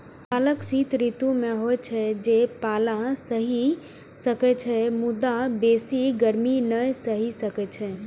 पालक शीत ऋतु मे होइ छै, जे पाला सहि सकै छै, मुदा बेसी गर्मी नै सहि सकै छै